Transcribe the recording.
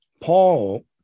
Paul